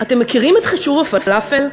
"אתם מכירים את חישוב הפלאפל?